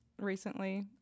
recently